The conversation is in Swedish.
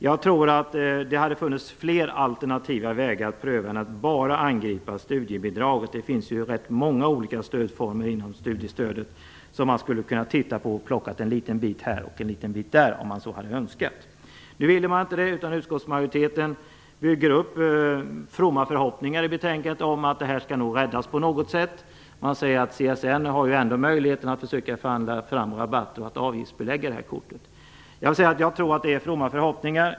Jag tror att det hade funnits fler alternativa vägar att pröva än att bara angripa studiebidraget. Det finns ju rätt många olika stödformer inom studiestödet som man skulle kunna titta på. Man skulle kunnat plocka en liten bit här och en liten bit där om så man hade önskat. Nu ville man inte det. Utskottsmajoriteten bygger i betänkandet upp fromma förhoppningar om att detta skall räddas på något sätt. Man säger att CSN ändå har möjligheten att försöka förhandla fram rabatter och att avgiftsbelägga kortet. Jag tror att det är fromma förhoppningar.